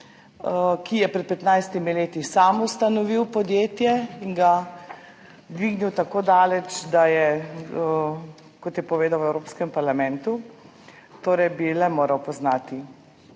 ki je pred 15 leti sam ustanovil podjetje in ga dvignil tako daleč, kot je povedal v Evropskem parlamentu, torej bi le moral poznati